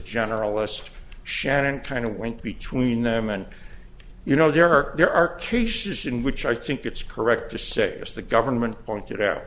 generalist shannon kind of went between them and you know there are there are cases in which i think it's correct to say yes the government pointed out